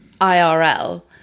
IRL